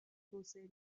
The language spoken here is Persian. توسعه